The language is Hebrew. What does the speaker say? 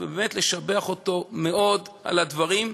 ובאמת לשבח אותו מאוד על הדברים,